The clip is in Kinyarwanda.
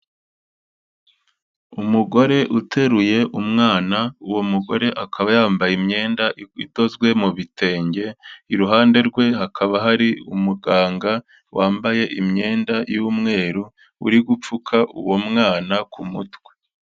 Umugore uteruye umwana, uwo mugore akaba yambaye imyenda idozwe mu bitenge, iruhande rwe hakaba hari umuganga wambaye imyenda y'umweru uri gupfuka uwo mwana ku mutwe.